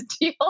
deal